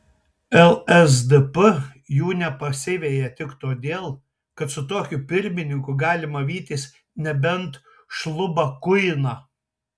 lsdp jų nepasiveja tik todėl kad su tokiu pirmininku galima vytis nebent šlubą kuiną